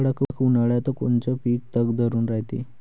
कडक उन्हाळ्यात कोनचं पिकं तग धरून रायते?